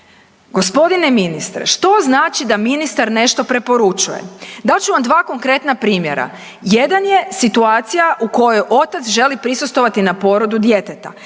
Gospodine ministre što znači da ministar nešto preporučuje? Dat ću vam 2 konkretna primjera. Jedan je situacija u kojoj otac želi prisustvovati na porodu djeteta,